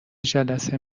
جلسه